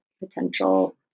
potential